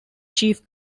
chief